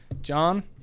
John